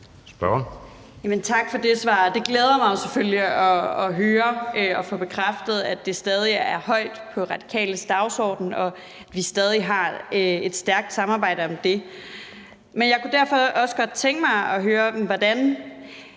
Tak for det svar. Det glæder mig jo selvfølgelig at høre og få bekræftet, at det stadig er højt på Radikales dagsorden, og at vi stadig har et stærkt samarbejde om det. Men jeg kunne derfor også godt tænke mig at høre, hvordan